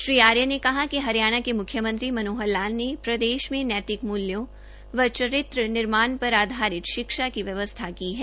श्री आर्य ने कहा कि हरियाणा के मुख्यमंत्री मनोहर लाल ने प्रदेश में नैतिक मूल्यों व चरित्र निर्माण पर आधारित शिक्षा की व्यवस्था की है